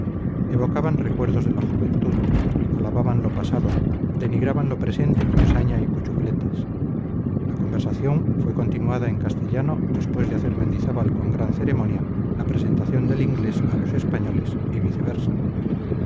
evocaban recuerdos de la juventud alababan lo pasado denigraban lo presente con saña y cuchufletas la conversación fue continuada en castellano después de hacer mendizábal con gran ceremonia la presentación del inglés a los españoles y viceversa